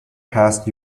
passed